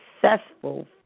Successful